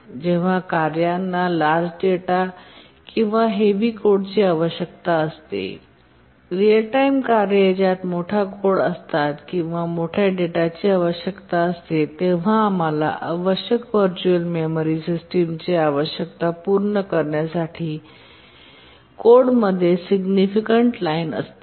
जेव्हा कार्यांना large data किंवा हेवी कोडची आवश्यकता असते रीअल टाइम कार्ये ज्यात मोठ्या कोड असतात किंवा मोठ्या डेटाची आवश्यकता असते तेव्हा आम्हाला आवश्यक व्हर्च्युअल मेमरी सिस्टमची आवश्यकता पूर्ण करण्यासाठी कोड मध्ये सिग्निफिकन्ट लाईन असतात